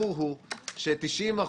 אנחנו חייבים לציין ולומר שהרי ברור הוא ש-90%,